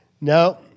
No